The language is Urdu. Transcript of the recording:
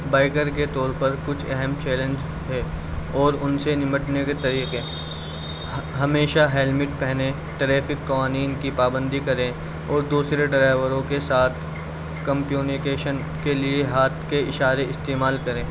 بائیکر کے طور پر کچھ اہم چیلنج ہے اور ان سے نمٹنے کے طریقے ہمیشہ ہیلمیٹ پہنے ٹریفک قوانین کی پابندی کرے اور دوسرے ڈرائیوروں کے ساتھ کمپیونیکیشن کے لیے ہاتھ کے اشارے استعمال کریں